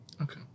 Okay